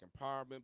empowerment